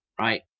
right